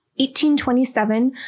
1827